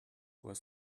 were